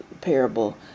parable